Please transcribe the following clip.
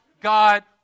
God